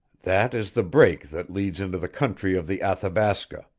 that is the break that leads into the country of the athabasca.